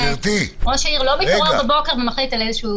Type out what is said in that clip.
ראש העיר לא מתעורר בבוקר ומחליט על איזשהו